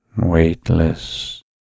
weightless